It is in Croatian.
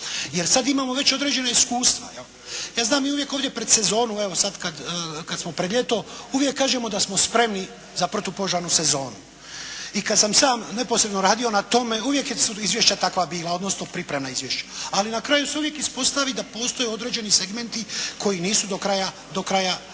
jer sad imamo već određena iskustva. Ja znam mi uvijek ovdje pred sezonu, evo sad kad smo pred ljeto uvijek kažemo da smo spremni za protupožarnu sezonu. I kad sam sam neposredno radio na tome uvijek su izvješća takva bila odnosno pripremna izvješća, ali na kraju se uvijek ispostavi da postoje određeni segmenti koji nisu do kraja dovedeni.